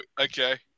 okay